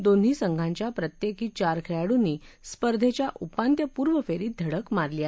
दोन्ही संघाच्या प्रत्येकी चार खेळाडूंनी स्पर्धेच्या उपांत्यपूर्व फेरीत धडक मारली आहे